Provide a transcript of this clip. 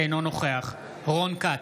אינו נוכח רון כץ,